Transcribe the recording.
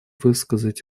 высказать